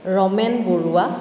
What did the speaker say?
Ramen Barua